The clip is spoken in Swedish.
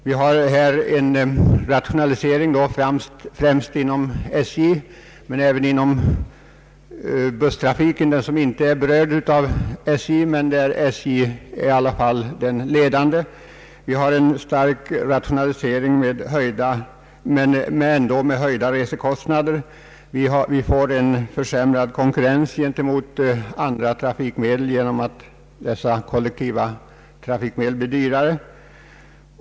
Det pågår en rationalisering främst inom SJ men även inom den busstrafik som inte är underställd SJ, men där SJ i alla fall oftast går före. Det pågår som sagt en stark rationalisering, men trots det höjs resekostnaderna. Konkurrensen i förhållande till andra trafikmedel försämras genom att dessa kollektiva trafikmedel blir dyrare.